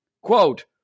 Quote